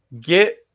get